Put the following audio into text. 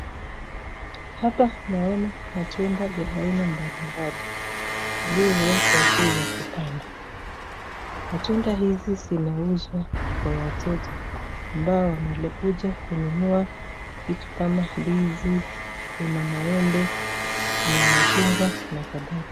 Hapa naona matunda ya aina mbalimbali iliyowekwa juu ya kibanda matunda hizi zinauzwa kwa wateja ambao wanalekuja kununua vitu kama ndizi kuna maembe kuna machungwa na kadhalika